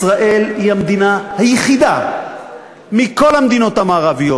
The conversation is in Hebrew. ישראל היא המדינה היחידה מכל המדינות המערביות,